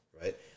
right